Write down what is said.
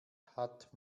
hat